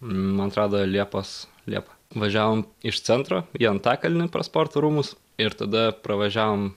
man atrodo liepos liepa važiavom iš centro į antakalnį sporto rūmus ir tada pravažiavom